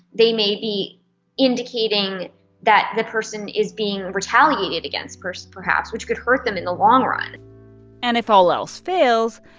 they may be indicating that the person is being retaliated against, perhaps, which could hurt them in the long run and if all else fails,